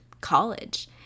college